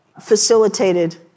facilitated